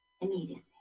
immediately